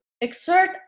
exert